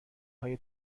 های